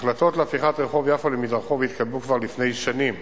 ההחלטות על הפיכת רחוב יפו למדרחוב התקבלו כבר לפני שנים